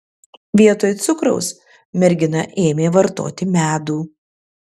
vietoj cukraus mergina ėmė vartoti medų